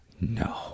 No